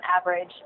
average